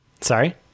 Sorry